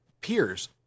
peers